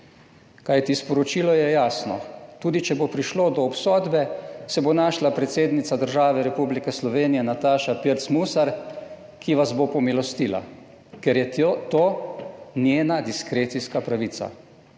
kajti sporočilo je jasno, tudi če bo prišlo do obsodbe, se bo našla predsednica države Republike Slovenije, Nataša Pirc Musar, ki vas bo pomilostila, ker je to njena diskrecijska pravica.